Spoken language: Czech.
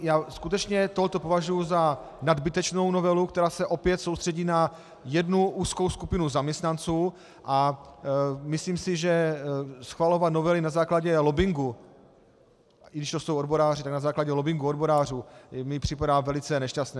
Já toto skutečně považuji za nadbytečnou novelu, která se opět soustředí na jednu úzkou skupinu zaměstnanců, a myslím si, že schvalovat novely na základě lobbingu, i když to jsou odboráři, tak na základě lobbingu odborářů, mi připadá velice nešťastné.